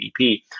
GDP